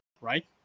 right